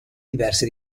diverse